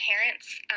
parents